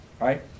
Right